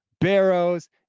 Barrows